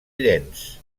llenç